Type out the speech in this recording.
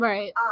Right